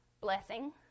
blessing